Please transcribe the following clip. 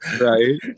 right